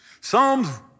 psalms